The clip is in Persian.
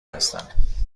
هستم